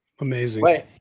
Amazing